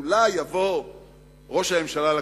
אולי יבוא ראש הממשלה לכנסת,